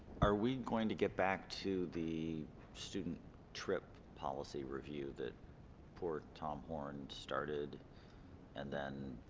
are we going to get back to the student trip policy review that for tom horne started and then